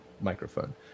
microphone